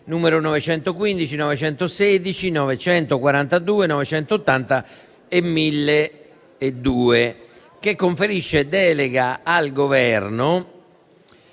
nn. 915, 916, 942, 980 e 1002, che conferisce delega al Governo